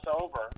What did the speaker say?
over